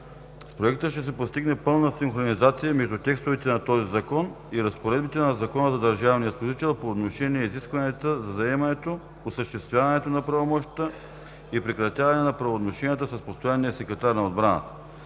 Проекта ще се постигне пълна синхронизация между текстовете на този Закон и разпоредбите на Закона за държавния служител, по отношение изискванията за заемането, осъществяването на правомощията и прекратяване на правоотношенията с постоянния секретар на отбраната.